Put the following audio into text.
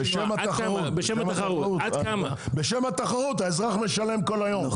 בשם התחרות, בשם התחרות האזרח משלם כל היום,